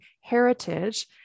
heritage